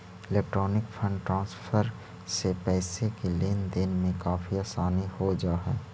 electronic fund transfer से पैसे की लेन देन में काफी आसानी हो जा हई